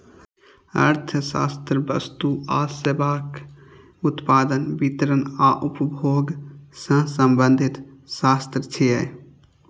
अर्थशास्त्र वस्तु आ सेवाक उत्पादन, वितरण आ उपभोग सं संबंधित शास्त्र छियै